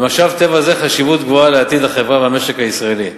למשאב טבע זה חשיבות גבוהה לעתיד החברה והמשק הישראליים.